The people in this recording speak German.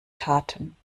taten